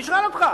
אני שואל אותך,